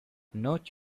note